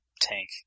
tank